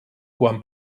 quan